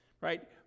right